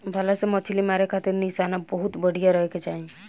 भला से मछली मारे खातिर निशाना बहुते बढ़िया रहे के चाही